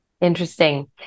Interesting